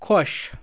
خۄش